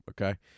okay